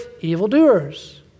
evildoers